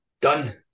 done